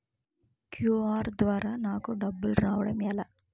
QR ద్వారా నాకు డబ్బులు రావడం ఎలా?